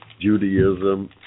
Judaism